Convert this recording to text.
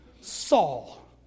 Saul